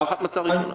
הערכת מצב ראשונה.